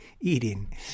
Eating